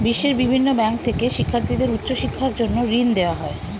বিশ্বের বিভিন্ন ব্যাংক থেকে শিক্ষার্থীদের উচ্চ শিক্ষার জন্য ঋণ দেওয়া হয়